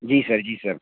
جی sir جی سر